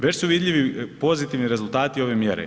Već su vidljivi pozitivni rezultati ove mjere.